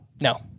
No